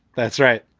that's right.